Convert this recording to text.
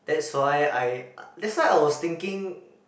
that's why I that's why I was thinking